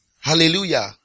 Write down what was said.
Hallelujah